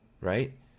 right